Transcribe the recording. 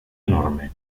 enorme